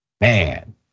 man